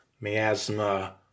miasma